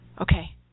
Okay